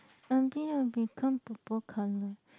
until I become purple colour